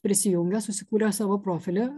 prisijungę susikūrę savo profilį